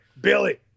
Billy